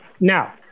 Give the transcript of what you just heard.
Now